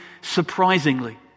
surprisingly